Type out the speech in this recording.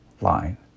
line